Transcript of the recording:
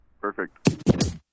Perfect